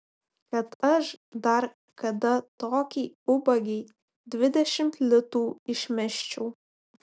kad aš dar kada tokiai ubagei dvidešimt litų išmesčiau